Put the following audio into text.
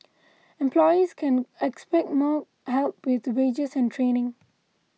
employees can expect more help with wages and training